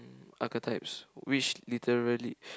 mm archetypes which literally